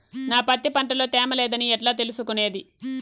నా పత్తి పంట లో తేమ లేదని ఎట్లా తెలుసుకునేది?